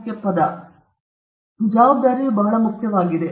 ಇವು ಎರಡು ಪದಗಳು ಅಥವಾ ಒಂದೇ ಒಂದು ಪದ ಜವಾಬ್ದಾರಿ ಇದು ಬಹಳ ಮುಖ್ಯವಾಗಿದೆ